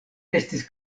estis